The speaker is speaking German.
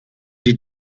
die